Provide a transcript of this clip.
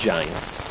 Giants